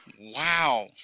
Wow